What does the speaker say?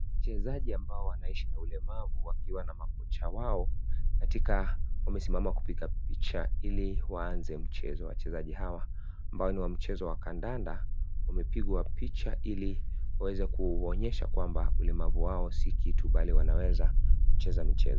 Wachezaji ambao wanaishi na ulemavu wakiwa na makocha wao. Wamesimama kupiga picha ili waanze mchezo. Wachezaji hawa ambao ni wa mchezo wa kandanda wamepigwa picha ili waweze kuonyesha kwamba ulemavu wao si kitu bali wanaweza kucheza michezo.